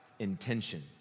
intention